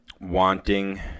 wanting